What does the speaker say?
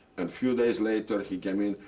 and few days later he came in,